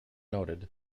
noted